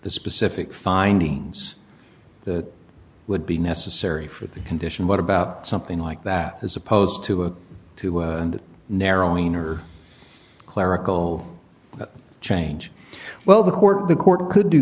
the specific findings that would be necessary for the condition what about something like that as opposed to a two and narrowing or clerical change well the court the court could do